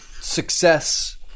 success